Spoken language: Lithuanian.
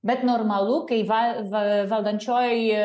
bet normalu kai va va valdančioji